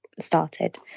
started